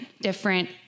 different